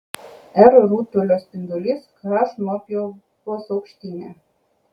r rutulio spindulys h nuopjovos aukštinė